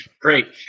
Great